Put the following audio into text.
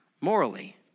morally